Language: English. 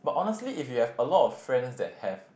honestly if you have a lot of friends that have